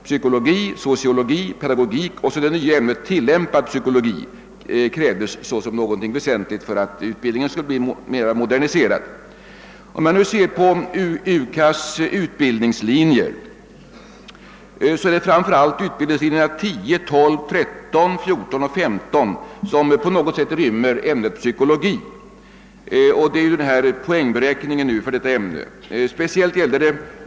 Psykologi, sociologi, pedagogik och det nya ämnet tillämpad psykologi krävdes för att utbildningen skulle bli moderniserad. Det är framför allt UKAS:s utbildningslinjer 10, 12, 13, 14, och 15 som rymmer ämnet psykologi, och för detta ämne används poängberäkning. Utbildningslinje 12 tar sikte speciellt på psykologi.